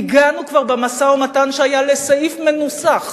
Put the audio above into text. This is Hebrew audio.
והגענו כבר במשא-ומתן שהיה לסעיף מנוסח